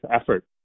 effort